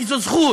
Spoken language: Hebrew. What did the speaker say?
כי זו זכות